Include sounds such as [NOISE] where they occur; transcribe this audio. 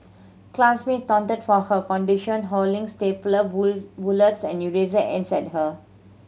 classmate taunted for her condition hurling stapler [UNINTELLIGIBLE] bullets and eraser ends at her